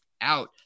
out